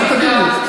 רק תגיד לי.